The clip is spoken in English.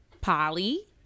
Polly